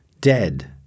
dead